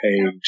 page